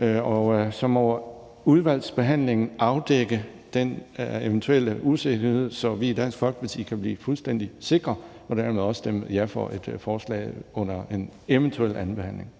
og så må udvalgsbehandlingen afdække den eventuelle usikkerhed, så vi i Dansk Folkeparti kan blive fuldstændig sikre og dermed også stemme ja til forslaget under en eventuel andenbehandling.